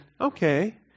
okay